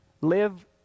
live